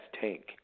tank